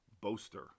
Boaster